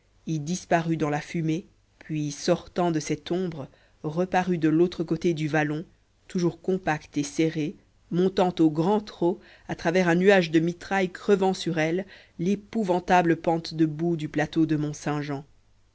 y disparut dans la fumée puis sortant de cette ombre reparut de l'autre côté du vallon toujours compacte et serrée montant au grand trot à travers un nuage de mitraille crevant sur elle l'épouvantable pente de boue du plateau de